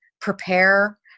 prepare